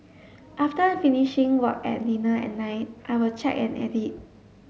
after finishing work and dinner at night I will check and edit